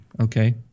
Okay